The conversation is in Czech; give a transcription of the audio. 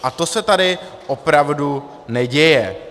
A to se tady opravdu neděje.